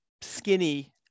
skinny